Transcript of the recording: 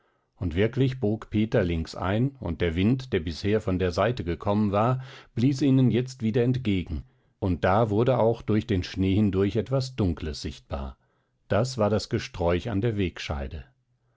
und wirklich bog peter links ein und der wind der bisher von der seite gekommen war blies ihnen jetzt wieder entgegen und da wurde auch durch den schnee hindurch etwas dunkles sichtbar das war das gesträuch an der wegscheide